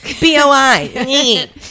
B-O-I